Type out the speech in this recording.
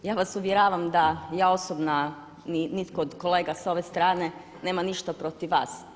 Ja vas uvjeravam da ja osobno, a ni itko od kolega s ove strane nema ništa protiv vas.